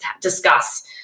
discuss